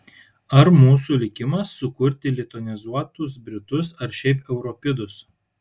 ar mūsų likimas sukurti lituanizuotus britus ar šiaip europidus